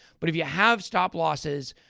but if you have stop-losses,